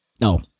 no